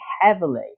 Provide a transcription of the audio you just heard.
heavily